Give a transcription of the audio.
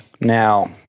Now